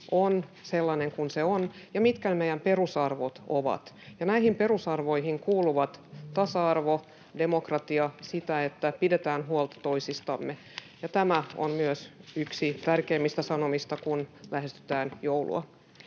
on sellainen kuin se on ja mitkä ne meidän perusarvot ovat. Näihin perusarvoihin kuuluvat tasa-arvo, demokratia, se, että pidetään huolta toisistamme. [Perussuomalaisten ryhmästä: Kristillisyys!] Tämä on myös yksi tärkeimmistä sanomista, kun lähestytään joulua.